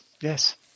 Yes